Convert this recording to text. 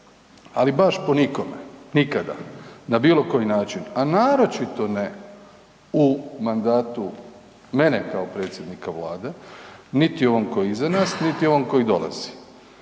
ali baš po nikome, nikada na bilo koji način, a naročito ne u mandatu mene kao predsjednika Vlade, niti u ovom koji je iza nas niti u ovom koji dolazi,